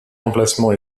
emplacement